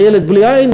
הילד בלי עין,